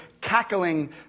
cackling